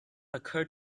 occurred